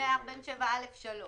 בסעיף 147(א)(3).